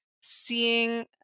seeing